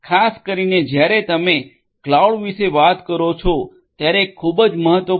ખાસ કરીને જ્યારે તમે ક્લાઉડ વિશે વાત કરો છો ત્યારે ખૂબ જ મહત્વપૂર્ણ છે